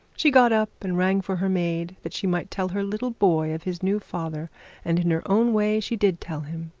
she got up and rang for her maid that she might tell her little boy of his new father and in her own way she did tell him.